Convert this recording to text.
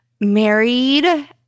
married